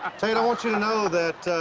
um tate, i want you to know that, ah,